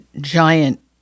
giant